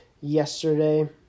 yesterday